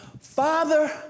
Father